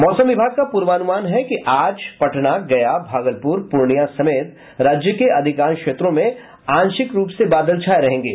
मौसम विभाग का पूर्वानुमान है कि आज पटना गया भागलपुर पूर्णिया समेत राज्य के अधिकांश क्षेत्रों में आंशिक रूप से बादल छाये रहेंगे